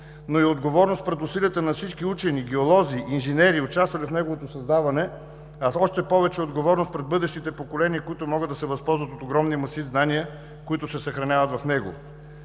но и отговорност пред усилията на всички учени, геолози, инженери, участвали в неговото създаване, а още повече отговорност пред бъдещите поколения, които могат да се възползват от огромния масив знания, които се съхраняват в него.